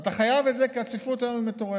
ואתה חייב את זה, כי הצפיפות היום היא מטורפת.